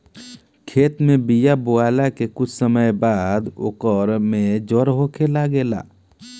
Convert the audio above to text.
खेत में बिया बोआला के कुछ समय बाद ओकर में जड़ होखे लागेला